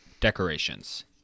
decorations